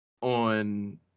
on